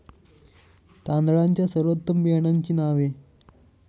तांदळाच्या सर्वोत्तम बियाण्यांची नावे?